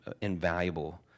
invaluable